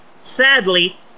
sadly